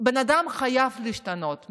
בן אדם חייב להשתנות,